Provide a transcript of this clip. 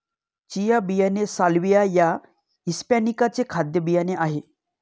chia बियाणे salvia या hispanica चे खाद्य बियाणे आहे